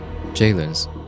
Jalen's